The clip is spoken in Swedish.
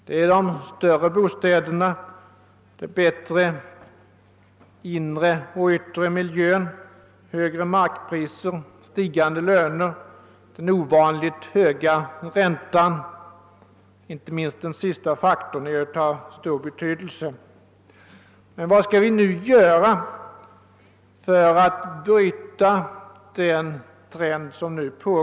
Det är de större bostäderna, den bättre inre och yttre miljön, de högre markpriserna, stigande löner och den ovanligt höga räntan — inte minst den sistnämnda faktorn är av stor betydelse. Men vad skall vi nu göra för att bryta den nuvarande trenden?